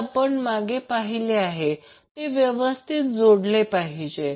जे आपण पाहिले ते व्यवस्थित जोडलेले पाहिजे